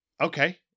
Okay